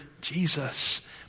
Jesus